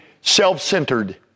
self-centered